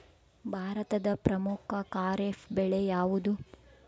ಭಾರತದ ಪ್ರಮುಖ ಖಾರೇಫ್ ಬೆಳೆ ಯಾವುದು?